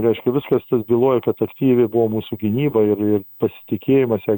reiškia viskas bylojo kad aktyvi buvo mūsų gynyba ir ir pasitikėjimas ja